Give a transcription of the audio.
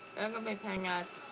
gonna be playing as.